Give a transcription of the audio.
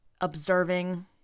observing